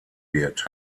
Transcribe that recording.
wird